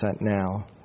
now